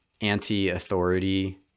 anti-authority